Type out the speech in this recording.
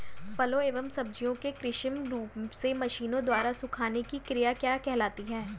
फलों एवं सब्जियों के कृत्रिम रूप से मशीनों द्वारा सुखाने की क्रिया क्या कहलाती है?